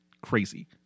Crazy